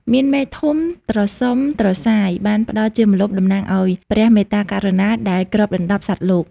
មានមែកធំត្រសុំត្រសាយបានផ្តល់ជាម្លប់ តំណាងឱ្យ ព្រះមេត្តាករុណា ដែលគ្របដណ្តប់សត្វលោក។